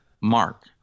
mark